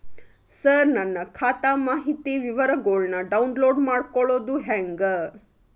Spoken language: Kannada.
ಸರ ನನ್ನ ಖಾತಾ ಮಾಹಿತಿ ವಿವರಗೊಳ್ನ, ಡೌನ್ಲೋಡ್ ಮಾಡ್ಕೊಳೋದು ಹೆಂಗ?